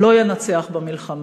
לא ינצח במלחמה.